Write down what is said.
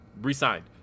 re-signed